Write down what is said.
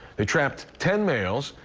they trapped ten males,